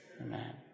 amen